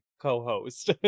co-host